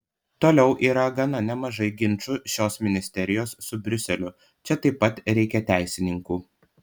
toliau yra gana nemažai ginčų šios ministerijos su briuseliu čia taip pat reikia teisininkų